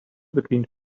between